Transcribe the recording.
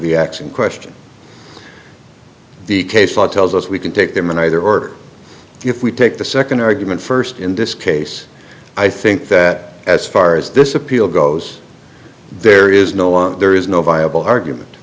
the acts in question the case law tells us we can take them and either or if we take the second argument first in this case i think that as far as this appeal goes there is no one there is no viable argument